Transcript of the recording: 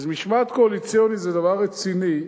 אז משמעת קואליציונית זה דבר רציני,